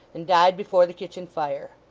and died before the kitchen fire.